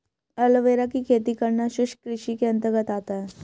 aloe vera की खेती करना शुष्क कृषि के अंतर्गत आता है